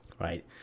right